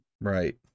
right